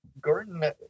Gordon